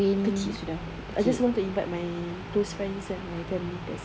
kecil sudah I just want to invite my close friends and my family that's it